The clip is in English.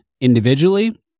individually